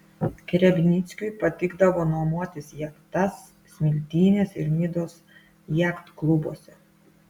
hrebnickiui patikdavo nuomotis jachtas smiltynės ir nidos jachtklubuose